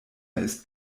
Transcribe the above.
ist